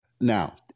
Now